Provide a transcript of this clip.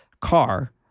car